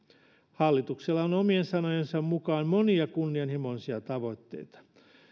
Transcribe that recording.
hallituksella on omien sanojensa mukaan monia kunnianhimoisia tavoitteita